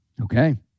okay